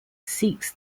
seeks